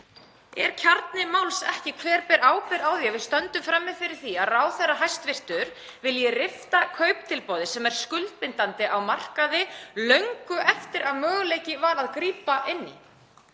Er kjarni máls ekki hver ber ábyrgð á því að við stöndum frammi fyrir því að hæstv. ráðherra vilji rifta kauptilboði sem er skuldbindandi á markaði löngu eftir að möguleiki var á að grípa inn í?